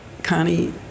Connie